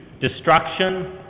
destruction